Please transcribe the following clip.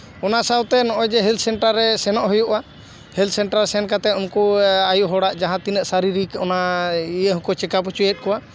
ᱚᱱᱟ ᱥᱟᱶᱛᱮ ᱱᱚᱜᱼᱚᱭ ᱡᱮ ᱦᱮᱞᱛᱷ ᱥᱮᱱᱴᱟᱨ ᱨᱮ ᱥᱮᱱᱚᱜ ᱦᱩᱭᱩᱜᱼᱟ ᱦᱮᱞᱛᱷ ᱥᱮᱱᱴᱟᱨ ᱨᱮ ᱥᱮᱱ ᱠᱟᱛᱮᱜ ᱩᱱᱠᱩ ᱟᱹᱭᱩ ᱦᱚᱲᱟᱜ ᱡᱟᱦᱟᱸ ᱛᱤᱱᱟᱹᱜ ᱥᱟᱨᱤᱨᱤᱠ ᱚᱱᱟ ᱤᱭᱟᱹ ᱦᱚᱸᱠᱚ ᱪᱮᱠᱟᱯ ᱦᱚᱪᱚᱭᱮᱫ ᱠᱚᱣᱟ